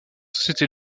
société